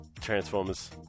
Transformers